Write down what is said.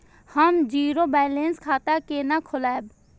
हम zero balance खाता केना खोलाब?